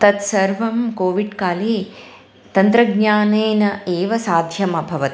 तत्सर्वं कोविड् काले तन्त्रज्ञानेन एव साध्यमभवत्